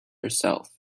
herself